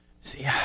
See